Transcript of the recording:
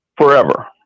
forever